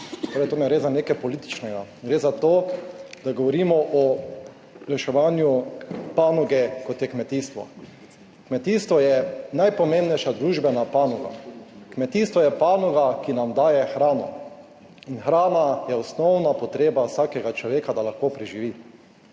to ne gre za nekaj političnega. Gre za to, da govorimo o reševanju panoge kot je kmetijstvo. Kmetijstvo je najpomembnejša družbena panoga. Kmetijstvo je panoga, ki nam daje hrano in hrana je osnovna potreba vsakega človeka, da lahko preživi